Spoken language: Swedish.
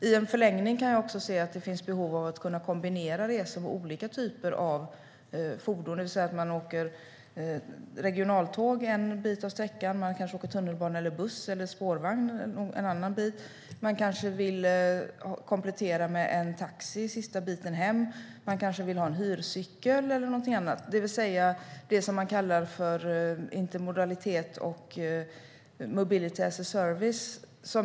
I en förlängning kan jag också se att det finns behov av att kunna kombinera resor med olika typer av fordon, det vill säga att man åker regionaltåg en bit av sträckan och kanske tunnelbana, buss eller spårvagn en annan bit. Man kanske vill komplettera med en taxi sista biten hem. Man kanske vill ha en hyrcykel eller någonting annat. Det är alltså det som man kallar för intermodalitet och Mobility as a service.